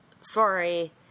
Sorry